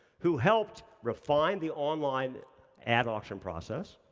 who helped refine the online ad auction process,